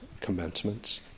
commencements